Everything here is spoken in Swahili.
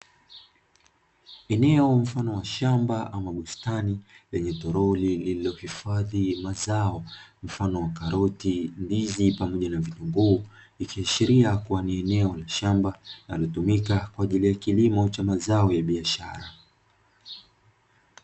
Eneo mfano wa shamba ama bustani lenye toroli lililohifadhi mazao mfano wa karoti, ndizi, pamoja na vitunguu, ikiashiria kuwa ni eneo la shamba linalotumika kwa ajili ya kilimo cha mazao ya biashara.